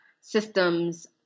systems